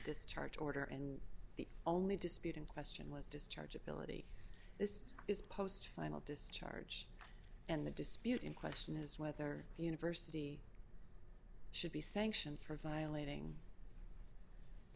discharge order and the only dispute in question was discharge ability this is post final discharge and the dispute in question is whether the university should be sanctioned for violating the